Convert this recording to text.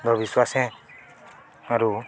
ଅବିଶ୍ବାସ ହେ ଆରୁ